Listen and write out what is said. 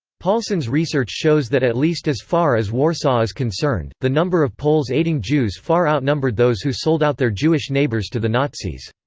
paulsson's research shows that at least as far as warsaw is concerned, the number of poles aiding jews far outnumbered those who sold out their jewish neighbors to the nazis.